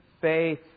faith